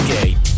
Gate